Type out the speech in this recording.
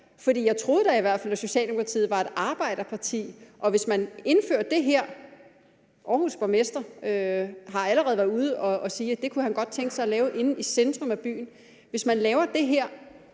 Tesla? Jeg troede da i hvert fald, at Socialdemokratiet var et arbejderparti, og hvis man indfører det her – Aarhus' borgmester har allerede været ude at sige, at det kunne han godt tænke sig at lave inde i centrum af byen – vil man jo lukke